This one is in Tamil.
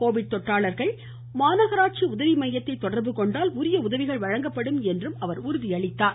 கோவிட் தொற்றாளர்கள் மாநகராட்சி உதவி மையத்தை தொடர்பு கொண்டால் உரிய உதவிகள் வழங்கப்படும் என்றும் கூறினார்